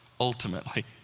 ultimately